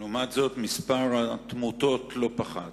לעומת זאת, מספר מקרי התמותה לא פחת.